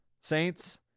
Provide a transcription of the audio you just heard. Saints